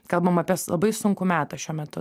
kalbam apie su labai sunkų metą šiuo metu